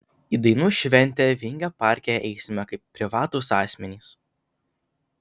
į dainų šventę vingio parke eisime kaip privatūs asmenys